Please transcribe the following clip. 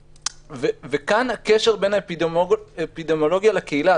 כאן הקשר בין האפידמיולוגיה לקהילה.